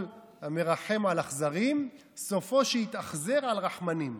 כל המרחם על אכזרים סופו שיתאכזר על רחמנים.